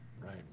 Right